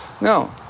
No